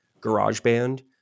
GarageBand